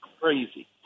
crazy